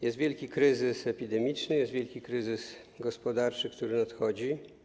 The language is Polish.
Jest wielki kryzys epidemiczny, jest wielki kryzys gospodarczy, który nadchodzi.